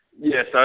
yes